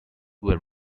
were